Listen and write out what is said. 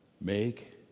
Make